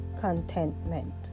contentment